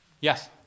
Yes